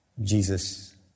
Jesus